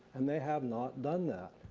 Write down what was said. and they have not done that,